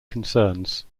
concerns